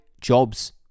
jobs